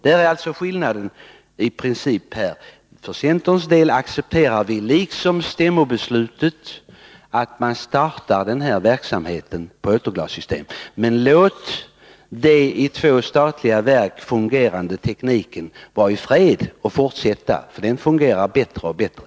Här finns det en principiell skillnad. Vi från centern accepterar, i enlighet med stämmobeslutet, att man startar verksamheten med återglassystem. Men låt den i två statliga verk fungerande tekniken vara i fred. Låt den verksamheten fortsätta, för den fungerar bättre och bättre.